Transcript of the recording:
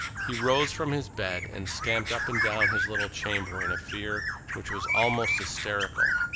he rose from his bed and stamped up and down his little chamber in a fear which was almost hysterical.